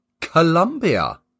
Colombia